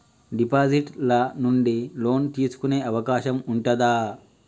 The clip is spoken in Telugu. డిపాజిట్ ల నుండి లోన్ తీసుకునే అవకాశం ఉంటదా?